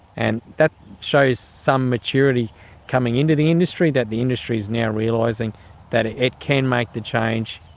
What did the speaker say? and that shows some maturity coming into the industry, that the industry is now realising that it it can make the change.